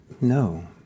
No